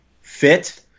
fit